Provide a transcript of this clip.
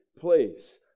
place